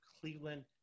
Cleveland